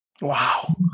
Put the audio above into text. Wow